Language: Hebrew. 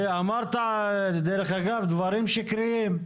ואמרת דרך אגב דברים שקריים.